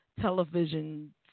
television